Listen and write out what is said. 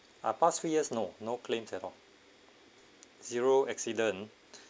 ah past few years no no claims at all zero accident